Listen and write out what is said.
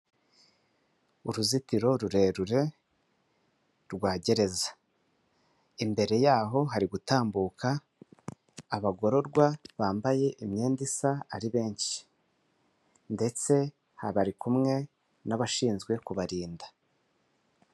Uruzitiro rurerure rwa gereza . Imbere yaho hari gutambuka abagororwa bambaye imyenda isa ari benshi. Ndetse aha bari kumwe n'abashinzwe kubarinda.